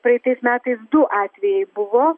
praeitais metais du atvejai buvo